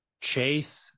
Chase